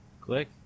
Click